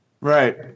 Right